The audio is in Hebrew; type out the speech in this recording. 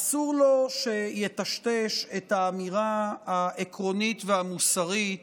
אסור לו שיטשטש את האמירה העקרונית והמוסרית